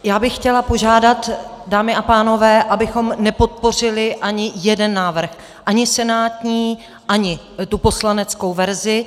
Já bych chtěla požádat, dámy a pánové, abychom nepodpořili ani jeden návrh ani senátní, ani poslaneckou verzi.